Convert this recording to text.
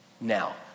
now